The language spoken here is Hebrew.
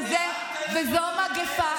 וזאת מגפה.